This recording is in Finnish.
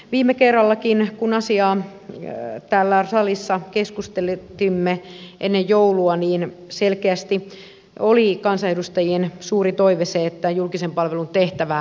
viime kerrallakin kun asiasta täällä salissa keskustelimme ennen joulua kansanedustajien suuri toive oli selkeästi se että julkisen palvelun tehtävää määriteltäisiin